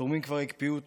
תורמים כבר הקפיאו תרומות,